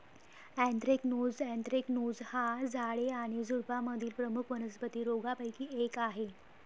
anthracnose anthracnose हा झाडे आणि झुडुपांमधील प्रमुख वनस्पती रोगांपैकी एक आहे